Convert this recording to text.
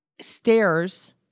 stairs